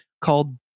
called